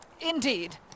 Indeed